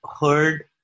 heard